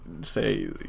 say